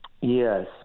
Yes